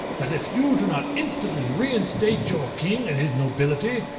that if you do not instantly reinstate your king and his nobility,